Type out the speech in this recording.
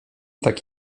tak